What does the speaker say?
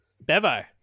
Bevo